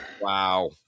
Wow